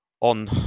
on